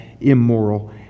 immoral